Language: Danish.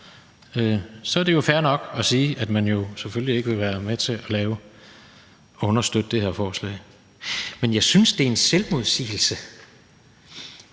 så er det jo fair nok at sige, at man selvfølgelig ikke vil være med til at støtte det her forslag. Men jeg synes, det er en selvmodsigelse,